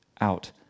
out